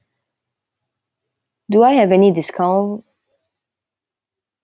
do I have any discount